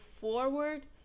forward